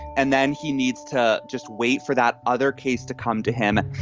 and then he needs to just wait for that other case to come to him.